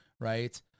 Right